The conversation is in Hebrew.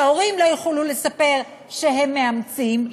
שההורים לא יוכלו לספר שהם מאמצים,